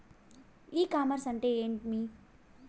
ఇ commerce అంటే ఏమి?